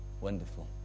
Wonderful